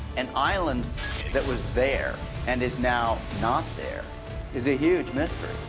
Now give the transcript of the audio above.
an island that was there and is now not there is a huge mystery.